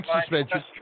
suspension